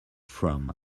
from